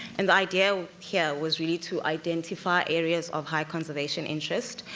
and the idea here, was really to identify areas of high conservation interest,